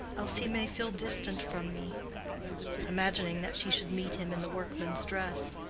else he may feel distant from me imagining that she should meet him in the workman's dress.